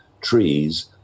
trees